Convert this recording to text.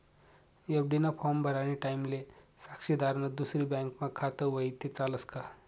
FD D form भरानी टाईमले साक्षीदारनं दुसरी बँकमा खातं व्हयी ते चालस का